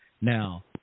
Now